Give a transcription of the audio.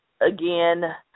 again